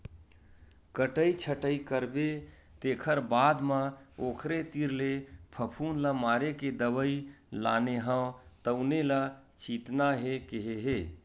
कटई छटई करबे तेखर बाद म ओखरे तीर ले फफुंद ल मारे के दवई लाने हव तउने ल छितना हे केहे हे